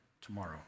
tomorrow